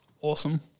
Awesome